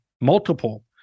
multiple